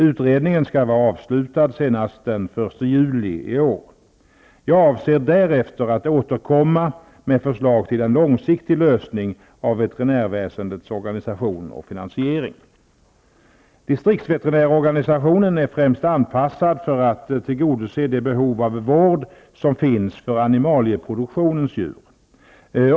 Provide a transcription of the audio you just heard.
Utredningen skall vara avslutad senast den 1 juli i år. Jag avser därefter att återkomma med förslag till en långsiktig lösning av veterinärväsendets organisation och finansiering. Distriktsveterinärorganisationen är främst anpassad för att tillgodose det behov av vård som finns för animalieproduktionens djur.